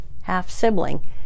half-sibling